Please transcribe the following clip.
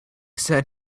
said